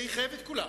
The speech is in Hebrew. זה יחייב את כולם